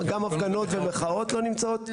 גם הפגנות ומחאות לא נמצאות.